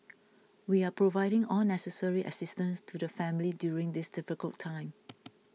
we are providing all necessary assistance to the family during this difficult time